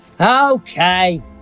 Okay